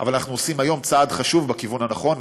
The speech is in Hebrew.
אבל אנחנו עושים היום צעד חשוב בכיוון הנכון,